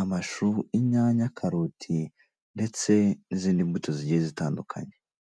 amashu, inyanya, karoti ndetse n'izindi mbuto zigiye zitandukanye.